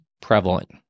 prevalent